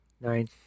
Nine